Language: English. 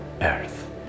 earth